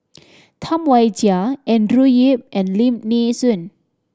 Tam Wai Jia Andrew Yip and Lim Nee Soon